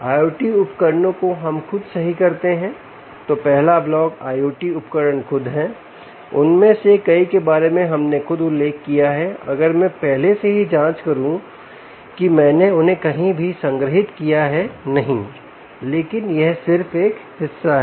IoT उपकरणों को हम खुद सही करते हैं तो पहला ब्लॉक आइओटी उपकरण खुद है उनमें से कई के बारे में हमने खुद उल्लेख किया है अगर मैं पहले से ही जाँच करूँ की मैंने उन्हें कहीं भी संग्रहीत किया है नहीं लेकिन यह सिर्फ एक हिस्सा है